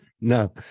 No